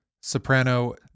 Soprano